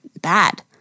bad